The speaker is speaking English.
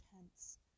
intense